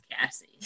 Cassie